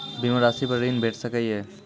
बीमा रासि पर ॠण भेट सकै ये?